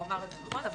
נכון.